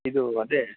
ಇದು ಅದೆ